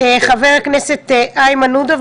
חבר הכנסת איימן עודה,